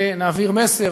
ונעביר מסר